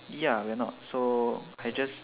ya we are not so I just